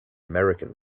american